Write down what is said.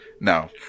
No